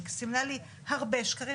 היא סימנה לי הרבה שקרים,